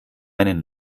einen